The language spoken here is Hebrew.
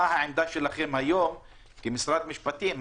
מהי עמדתכם, כמשרד משפטים, היום?